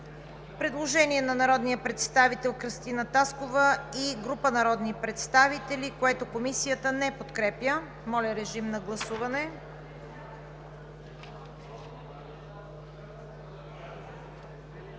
предложението на народния представител Кръстина Таскова и група народни представители, което Комисията не подкрепя. Гласували